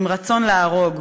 עם רצון להרוג,